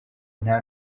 nta